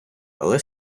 але